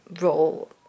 role